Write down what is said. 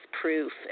proof